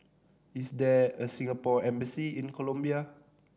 is there a Singapore Embassy in Colombia